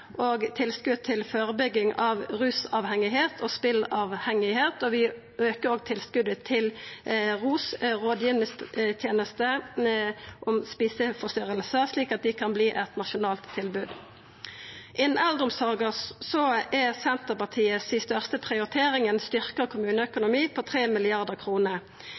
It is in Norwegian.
og tilskotet til førebygging av rusavhengigheit og spelavhengigheit, og vi aukar òg tilskotet til ROS, rådgivingsteneste om eteforstyrringar, slik at dei kan verta eit nasjonalt tilbod. Innan eldreomsorga er Senterpartiet si største prioritering ein styrkt kommuneøkonomi,